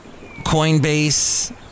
Coinbase